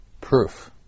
proof